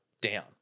down